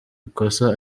ikosa